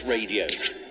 Radio